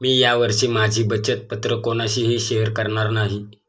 मी या वर्षी माझी बचत पत्र कोणाशीही शेअर करणार नाही